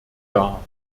dar